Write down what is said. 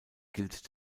gilt